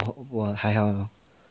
我还好